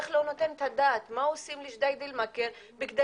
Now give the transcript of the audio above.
איך לא נותן את הדעת מה עושים לג'דייה מכר כדי